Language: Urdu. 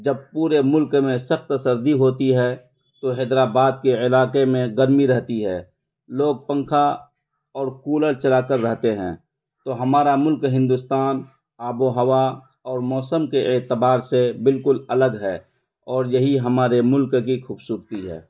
جب پورے ملک میں سخت سردی ہوتی ہے تو حیدر آباد کے علاقے میں گرمی رہتی ہے لوگ پنکھا اور کولر چلا کر رہتے ہیں تو ہمارا ملک ہندوستان آب و ہوا اور موسم کے اعتبار سے بالکل الگ ہے اور یہی ہمارے ملک کی خوبصورتی ہے